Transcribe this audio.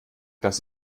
das